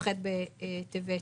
כ"ח בטבת".